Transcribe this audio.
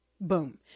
Boom